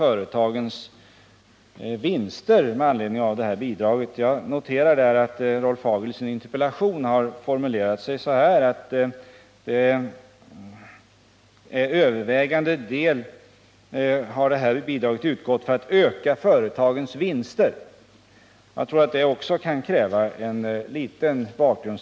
Jag noterar nämligen att Rolf Hagel i det 17 november 1978 sammanhanget formulerat sig så i sin interpellation, att bidraget har utgått ”till övervägande del för att öka företagens vinster”. Jag tror också detta Ö Väl Om översyn av kräver en liten redovisning av bakgrunden.